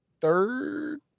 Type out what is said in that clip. third